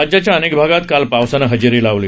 राज्याच्या अनेक भागात काल पावसानं हजेरी लावली